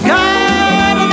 God